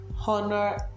Honor